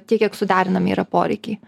tiek kiek suderinami yra poreikiai